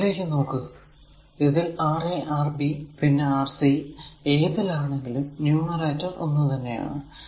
ഇതിലേക്ക് നോക്കു ഇതിൽ Ra Rb പിന്നെ Rc ഏതിലാണെങ്കിലും ന്യൂമറേറ്റർ ഒന്ന് തന്നെ ആണ്